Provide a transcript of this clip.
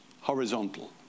horizontal